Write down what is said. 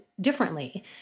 differently